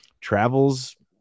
travels